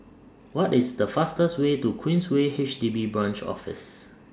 What IS The fastest Way to Queensway H D B Branch Office